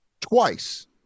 twice